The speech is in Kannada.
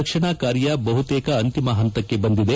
ರಕ್ಷಣಾ ಕಾರ್ಯ ಬಹುತೇಕ ಅಂತಿಮ ಪಂತಕ್ಕೆ ಬಂದಿದೆ